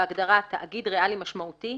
בהגדרה "תאגיד ריאלי משמעותי",